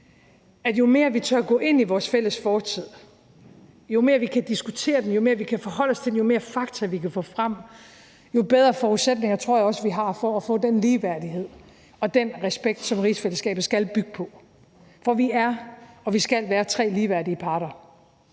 Jo mere vi tør gå ind i vores fælles fortid, jo mere vi kan diskutere det, jo mere vi kan forholde os til det, og jo mere fakta, vi kan få frem, jo bedre forudsætninger tror jeg også vi har for at få det ligeværd og den respekt, som rigsfællesskabet skal bygge på. For vi er, og vi skal være tre ligeværdige parter: